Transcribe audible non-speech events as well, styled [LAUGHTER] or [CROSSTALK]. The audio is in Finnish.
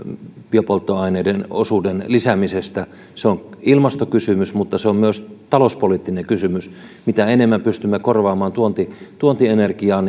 biopolttoaineiden osuuden lisäämisestä se on ilmastokysymys mutta se on myös talouspoliittinen kysymys mitä enemmän pystymme korvaamaan tuontienergiaa [UNINTELLIGIBLE]